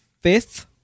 fifth